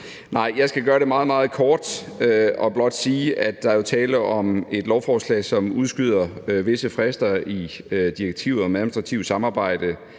det. Jeg skal gøre det meget, meget kort og blot sige, at der jo er tale om et lovforslag, som udskyder visse frister i direktivet om administrativt samarbejde